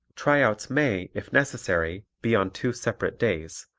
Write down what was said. tryouts may, if necessary, be on two separate days,